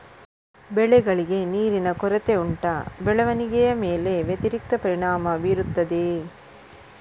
ಬೆಳೆಗಳಿಗೆ ನೀರಿನ ಕೊರತೆ ಉಂಟಾ ಬೆಳವಣಿಗೆಯ ಮೇಲೆ ವ್ಯತಿರಿಕ್ತ ಪರಿಣಾಮಬೀರುತ್ತದೆಯೇ?